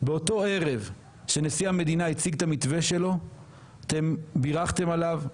באותו ערב שנשיא המדינה הציג את המתווה שלו אתם בירכתם עליו,